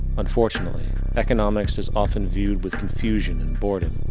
unfortunately, economics is often viewed with confusion and boredom.